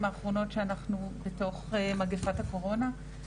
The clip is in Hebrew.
האחרונות שאנחנו בתוך מגפת הקורונה.